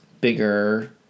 bigger